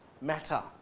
matter